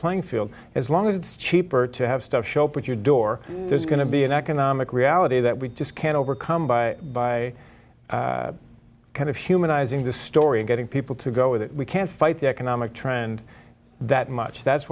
playing field as long as it's cheaper to have stuff show up at your door there's going to be an economic reality that we just can't overcome by by kind of humanizing the story and getting people to go with it we can't fight the economic trend that much that's